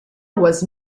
was